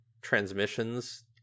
transmissions